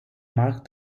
marque